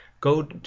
Go